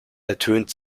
ertönt